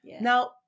Now